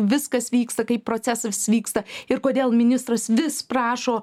viskas vyksta kaip procesas vyksta ir kodėl ministras vis prašo